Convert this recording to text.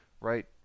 Right